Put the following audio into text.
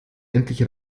endlich